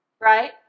right